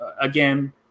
again